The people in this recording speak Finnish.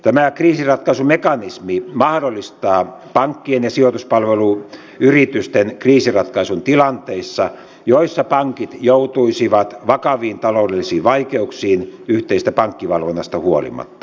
tämä kriisinratkaisumekanismi mahdollistaa pankkien ja sijoituspalveluyritysten kriisinratkaisun tilanteissa joissa pankit joutuisivat vakaviin taloudellisiin vaikeuksiin yhteisestä pankkivalvonnasta huolimatta